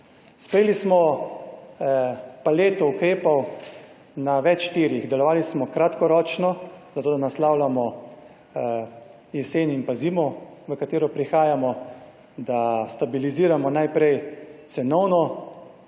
Sprejeli smo paleto ukrepov na več tirih, delovali smo kratkoročno, zato da naslavljamo jesen in pa zimo, v katero prihajamo, da stabiliziramo najprej cenovno